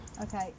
Okay